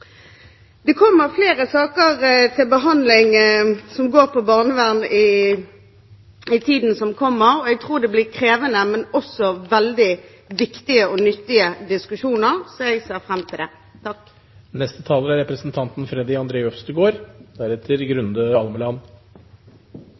Det kommer flere saker til behandling som går på barnevern, i tiden som kommer. Jeg tror det blir krevende, men også veldig viktige og nyttige diskusjoner, så jeg ser fram til det. Det å gi barn omsorg og beskyttelse når de ikke får det fra foreldrene sine, er